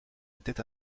était